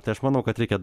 tai aš manau kad reikia